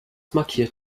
markiert